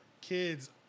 kids